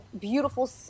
beautiful